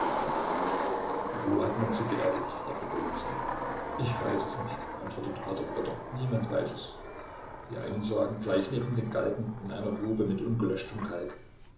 wo hat man sie beerdigt fragte golizyn ich weiß nicht antwortete p pjotr niemand weiß es die einen sagen gleich neben dem galgen in einer grube mit ungelöschtem kalk